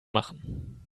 machen